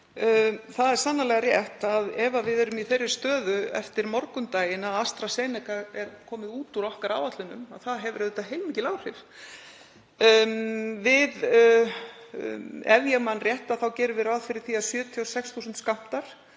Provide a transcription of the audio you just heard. Það er sannarlega rétt að ef við erum í þeirri stöðu eftir morgundaginn að ef AstraZeneca verður komið út úr áætlunum okkar hefur það auðvitað heilmikil áhrif. Ef ég man rétt gerum við ráð fyrir því að 76.000 skammtar